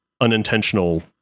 unintentional